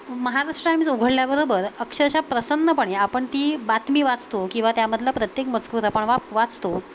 Maharashtra Times उघडल्याबरोबर अक्षरशः प्रसन्नपणे आपण ती बातमी वाचतो किंवा त्यामधला प्रत्येक मजकूर आपण वाप वाचतो